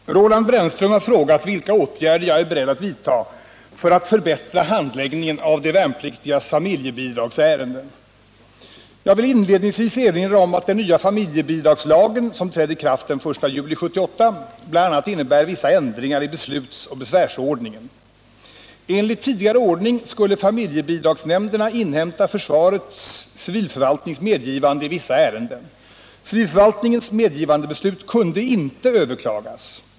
Herr talman! Roland Brännström har frågat vilka åtgärder jag är beredd att vidta för att förbättra handläggningen av de värnpliktigas familjebidragsärenden. Jag vill inledningsvis erinra om att den nya familjebidragslagen, som trädde i kraft den 1 juli 1978, bl.a. innebar vissa ändringar i beslutsoch besvärsordningen. Enligt tidigare ordning skulle familjebidragsnämnderna inhämta försvarets civilförvaltnings medgivande i vissa ärenden. Civilförvaltningens medgivandebeslut kunde inte överklagas.